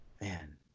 Man